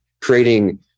creating